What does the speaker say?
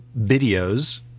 videos